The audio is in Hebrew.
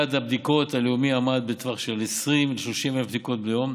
יעד הבדיקות הלאומי עמד בטווח של 20,000 עד 30,000 בדיקות ביום,